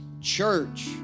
church